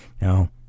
Now